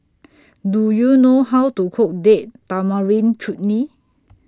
Do YOU know How to Cook Date Tamarind Chutney